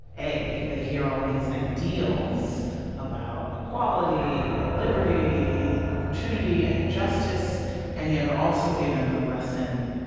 a they hear all these ideals about equality and liberty and opportunity and justice and yet are also given the lesson